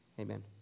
Amen